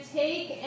take